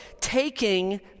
taking